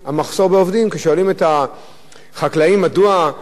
כששואלים את החקלאים מדוע המחירים עולים,